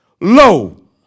Lo